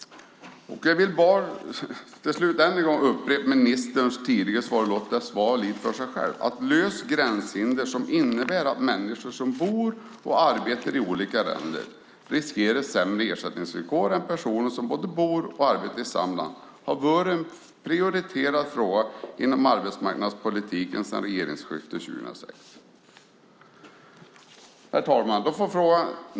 Jag vill till slut ännu en gång upprepa ministerns tidigare svar och låta det tala lite för sig självt: "Att lösa gränshinder som innebär att människor som bor och arbetar i olika länder riskerar sämre ersättningsvillkor än personer som både bor och arbetar i samma land har varit en prioriterad fråga inom arbetsmarknadspolitiken sedan regeringsskiftet 2006." Herr talman!